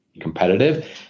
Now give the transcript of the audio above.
competitive